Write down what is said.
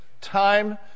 time